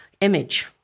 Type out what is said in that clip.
image